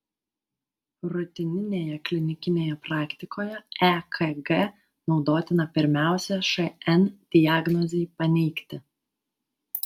rutininėje klinikinėje praktikoje ekg naudotina pirmiausia šn diagnozei paneigti